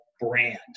brand